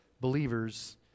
believers